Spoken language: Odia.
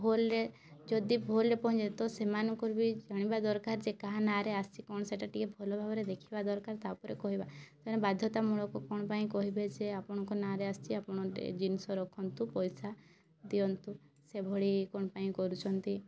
ଭୁଲ୍ରେ ଯଦି ଭୁଲ୍ରେ ପହଞ୍ଚି ତ ସେମାନଙ୍କର ବି ଜାଣିବା ଦରକାର ଯେ କାହା ନାଁରେ ଆସିଛି କ'ଣ ସେଇଟା ଟିକେ ଭଲ ଭାବରେ ଦେଖିବା ଦରକାର ତା'ପରେ କହିବା ବାଧ୍ୟତାମୂଳକ କ'ଣ ପାଇଁ କହିବେ ଯେ ଆପଣଙ୍କର ନାଁରେ ଆସିଛି ଆପଣ ଜିନିଷ ରଖନ୍ତୁ ପଇସା ଦିଅନ୍ତୁ ସେଭଳି କ'ଣ ପାଇଁ କରୁଛନ୍ତି